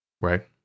Right